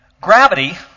Gravity